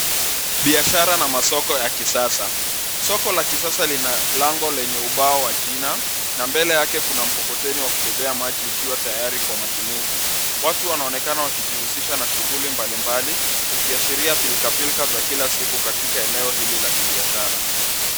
Biashara na masoko ya kisasa. Soko la kisasa lina lango lenye ubao wa jina. Na mbele yake kuna mkokoteni wa kubebea maji ukiwa tayari kwa matumizi. Watu wanaonekana wakijihusisha na shughuli mbalimbali ikiashiria pilka pilka za kila siku katika eneo hili la kibiashara.